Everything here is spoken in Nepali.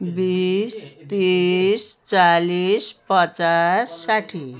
बिस तिस चालिस पचास साठ्ठी